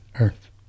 Earth